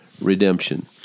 redemption